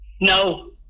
No